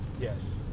Yes